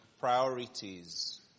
priorities